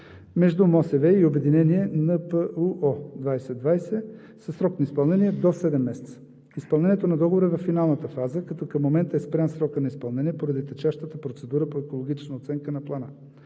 между МОСВ и Обединение „НПУО 2020“ със срок на изпълнение до 7 месеца. Изпълнението на договора е във финалната фаза, като към момента е спрян срокът на изпълнение поради течащата процедура по екологична оценка на плана,